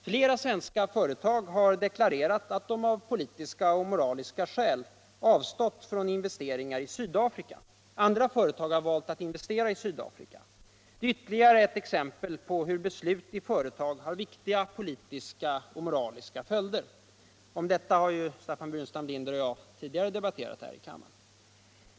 Flera svenska företag har deklarerat att de av politiska och moraliska skäl avstått från investeringar I Sydafrika, andra företag har valt att investera i Sydafrika. Det är ytterligare exempel på hur beslut i företag har viktiga po Titiska och moraliska följder. Om detta har ju Staffan Burenstam Linder och jag tidigare debatterat här i kammaren.